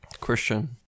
Christian